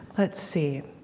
let's see.